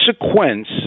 consequence